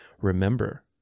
remember